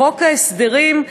בחוק ההסדרים,